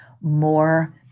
more